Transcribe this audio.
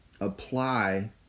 apply